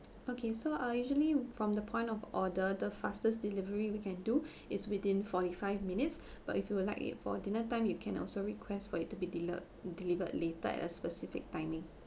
okay so originally from the point of order the fastest delivery we can do is within forty five minutes but if you would like it for a dinner time you can also request for it to be dilar~ delivered later at a specific timing